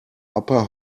upper